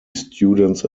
students